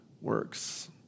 works